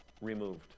removed